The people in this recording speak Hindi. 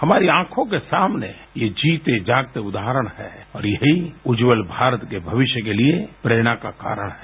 हमारी आँखों के सामने ये जीते जागते उदाहरण हैं और यही उज्ज्वल भारत के भविष्य के लिए प्रेरणा का कारण है